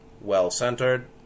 well-centered